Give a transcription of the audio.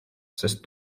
sest